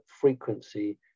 frequency